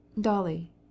Dolly